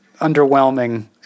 underwhelming